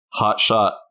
hotshot